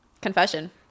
confession